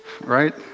right